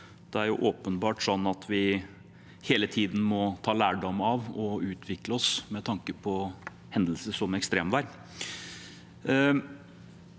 Det er åpenbart sånn at vi hele tiden må ta lærdom av og utvikle oss med tanke på hendelser som ekstremvær.